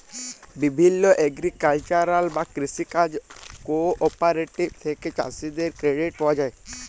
বিভিল্য এগ্রিকালচারাল বা কৃষি কাজ কোঅপারেটিভ থেক্যে চাষীদের ক্রেডিট পায়া যায়